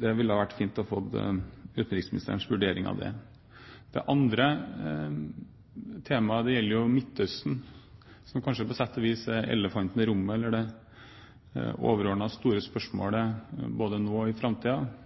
Det ville ha vært fint å få utenriksministerens vurdering av det. Det andre temaet gjelder Midtøsten, som kanskje på sett og vis er elefanten i rommet, eller det overordende store spørsmålet både nå og i framtiden –